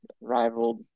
rivaled